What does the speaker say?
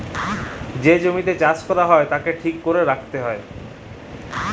যে জমিতে চাষ ক্যরে উয়াকে ঠিক ক্যরে রাইখতে হ্যয়